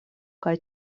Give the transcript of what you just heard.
kaj